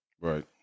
Right